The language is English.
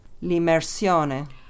L'immersione